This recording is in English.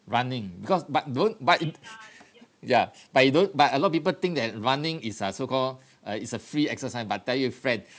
running because but don't but it ya but you don't but a lot of people think that running is uh so called uh it's a free exercise but I tell you friend